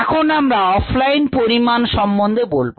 এখন আমরা অফলাইন পরিমাপ সম্বন্ধে বলবো